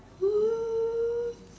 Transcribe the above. um